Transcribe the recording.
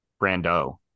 Brando